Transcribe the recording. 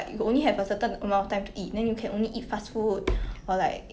oh I don't think so